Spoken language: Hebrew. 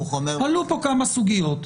עלו פה כמה סוגיות,